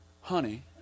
honey